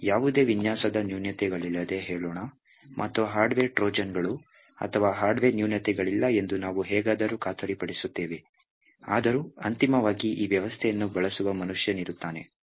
ಯಾವುದೇ ವಿನ್ಯಾಸದ ನ್ಯೂನತೆಗಳಿಲ್ಲದೆ ಹೇಳೋಣ ಮತ್ತು ಹಾರ್ಡ್ವೇರ್ ಟ್ರೋಜನ್ಗಳು ಅಥವಾ ಹಾರ್ಡ್ವೇರ್ ನ್ಯೂನತೆಗಳಿಲ್ಲ ಎಂದು ನಾವು ಹೇಗಾದರೂ ಖಾತರಿಪಡಿಸುತ್ತೇವೆ ಆದರೂ ಅಂತಿಮವಾಗಿ ಈ ವ್ಯವಸ್ಥೆಯನ್ನು ಬಳಸುವ ಮನುಷ್ಯನಿರುತ್ತಾನೆ